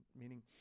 meaning